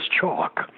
chalk